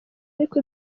ariko